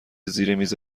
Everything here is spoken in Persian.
زیرمیز